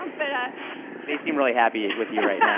um but they seem really happy with you right yeah